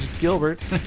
Gilbert